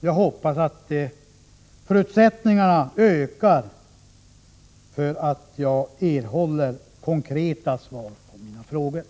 Jag hoppas att förutsättningarna därmed ökat för att jag erhåller konkreta svar på mina frågor.